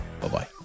bye-bye